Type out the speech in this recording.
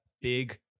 Big